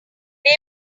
they